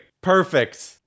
Perfect